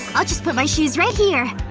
i'll just put my shoes right here